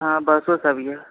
अहाँ बसोसँ अबियौ